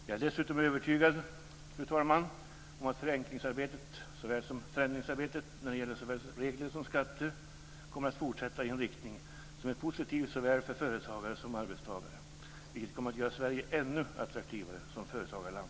Jag är dessutom övertygad om att såväl förenklingsarbetet som förändringsarbetet när det gäller både regler och skatter kommer att fortsätta i en riktning som är positiv för företagare och arbetstagare, vilket kommer att göra Sverige ännu attraktivare som företagarland.